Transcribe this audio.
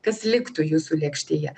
kas liktų jūsų lėkštėje